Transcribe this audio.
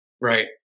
right